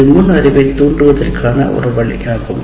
இது முன் அறிவைத் தூண்டுவதற்கான ஒரு வழியாகும்